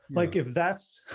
like, if that's,